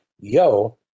yo